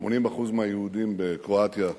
80% מהיהודים בקרואטיה הושמדו,